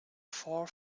far